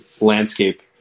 landscape